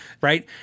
right